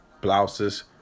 blouses